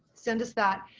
send us that.